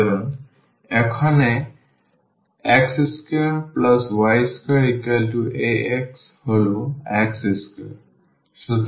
সুতরাং এখানে x2y2ax হল x square